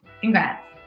Congrats